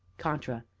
contra.